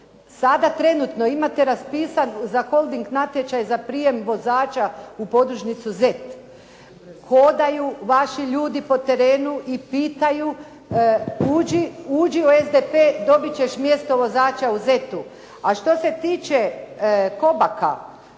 Sada trenutno imate raspisan za holding natječaj za prijem vozača u podružnicu ZET, hodaju vaši ljudi po terenu i pitaju uđi u SDP dobiti ćeš mjesto vozača u ZET-u. A što se tiče